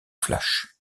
flash